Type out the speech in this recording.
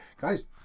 guys